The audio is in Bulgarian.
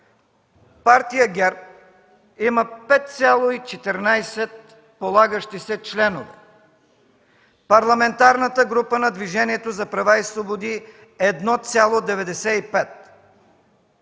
партия ГЕРБ има 5,14 полагащи се членове, Парламентарната група на Движението за права и свободи – 1,95.